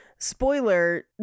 Spoiler